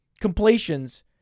completions